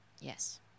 Yes